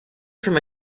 from